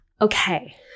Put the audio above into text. Okay